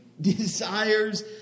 desires